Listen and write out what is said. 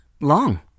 Long